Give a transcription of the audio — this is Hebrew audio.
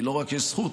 לא רק יש לו זכות,